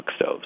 cookstoves